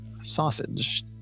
Sausage